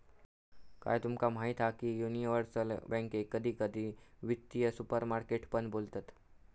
काय तुमका माहीत हा की युनिवर्सल बॅन्केक कधी कधी वित्तीय सुपरमार्केट पण बोलतत